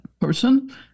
person